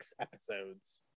episodes